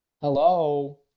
hello